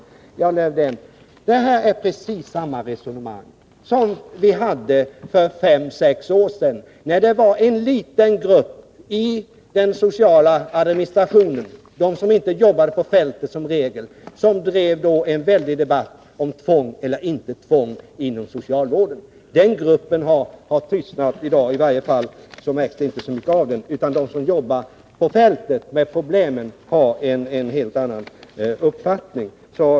Ja, Lars-Erik Lövdén, detta är precis samma resonemang som fördes för fem sex år sedan, när en liten grupp i den sociala administrationen — det var folk som inte jobbade på fältet — drev en väldig debatt om tvång eller inte tvång inom socialvården. Den gruppen har tystnat i dag. I varje fall märks det inte så mycket av den. De som jobbar på fältet med problemen har en helt annan uppfattning.